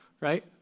right